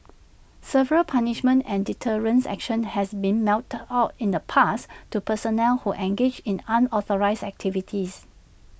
severe punishments and deterrence action has been meted out in the past to personnel who engaged in unauthorised activities